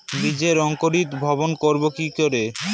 বীজের অঙ্কোরি ভবন করব কিকরে?